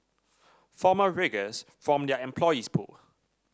former riggers from their employees pool